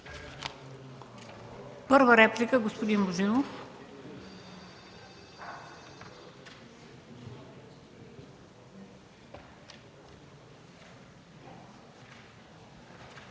първа реплика, господин Божинов.